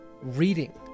reading